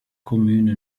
commune